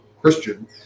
Christian